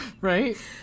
Right